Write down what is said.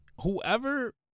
whoever